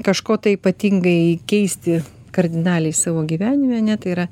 kažko tai ypatingai keisti kardinaliai savo gyvenime ne tai yra